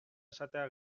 esatea